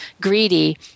greedy